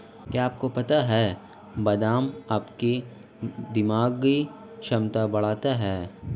क्या आपको पता है बादाम आपकी दिमागी क्षमता बढ़ाता है?